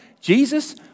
Jesus